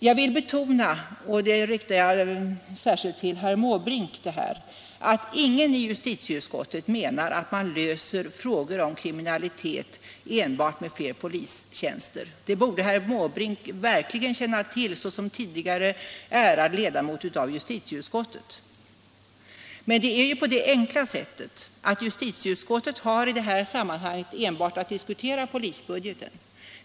Jag vill betona — och här riktar jag mig särskilt till herr Måbrink — att ingen i justitieutskottet menar att man löser frågor om kriminaliteten enbart med fler polistjänster. Det borde herr Måbrink verkligen känna till som ärad tidigare ledamot av justitieutskottet. Men det förhåller sig så att justitieutskottet i det här sammanhanget enbart har att behandla polisbudgeten.